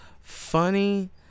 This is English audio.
Funny